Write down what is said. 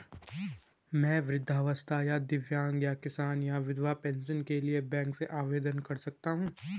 मैं वृद्धावस्था या दिव्यांग या किसान या विधवा पेंशन के लिए बैंक से आवेदन कर सकता हूँ?